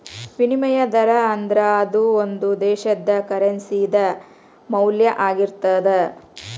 ವಿನಿಮಯ ದರಾ ಅಂದ್ರ ಅದು ಒಂದು ದೇಶದ್ದ ಕರೆನ್ಸಿ ದ ಮೌಲ್ಯ ಆಗಿರ್ತದ